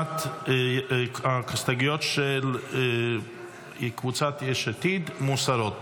ההסתייגות של קבוצת יש עתיד מוסרות.